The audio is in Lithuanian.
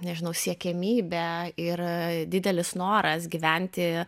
nežinau siekiamybė ir didelis noras gyventi